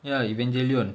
ya Evangelion